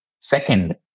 second